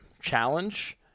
challenge